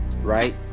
right